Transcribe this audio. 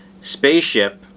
spaceship